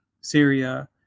Syria